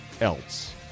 else